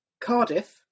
Cardiff